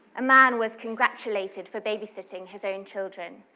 a man was congratulated for babysitting his own children.